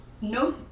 no